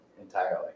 entirely